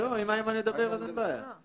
אם איימן ידבר, אין בעיה.